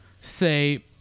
say